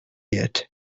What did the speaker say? yet